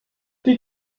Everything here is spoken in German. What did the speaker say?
die